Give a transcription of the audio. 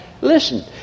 Listen